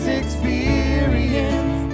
experience